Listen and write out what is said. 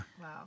Wow